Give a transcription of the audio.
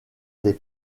des